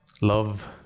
love